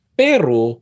pero